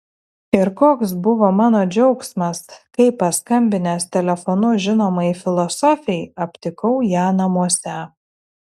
ir koks buvo mano džiaugsmas kai paskambinęs telefonu žinomai filosofei aptikau ją namuose